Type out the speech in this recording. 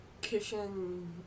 Kitchen